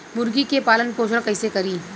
मुर्गी के पालन पोषण कैसे करी?